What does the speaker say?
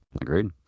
Agreed